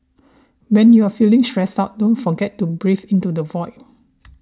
when you are feeling stressed out don't forget to breathe into the void